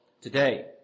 today